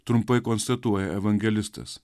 trumpai konstatuoja evangelistas